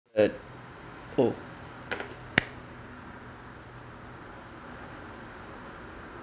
eh oh